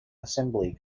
assembly